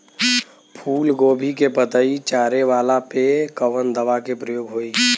फूलगोभी के पतई चारे वाला पे कवन दवा के प्रयोग होई?